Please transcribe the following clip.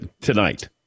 tonight